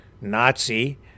Nazi